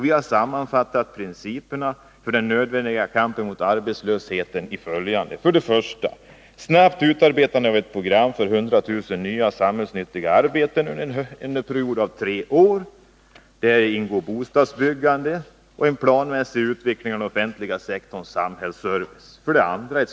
Vi har sammanfattat principerna för den nödvändiga kampen mot arbetslösheten enligt följande: 1. Snabbt utarbetande av ett program för 100 000 nya samhällsnyttiga arbeten under en period av tre år. Däri ingår bostadsbyggande och en planmässig utveckling av den offentliga sektorns samhällsservice.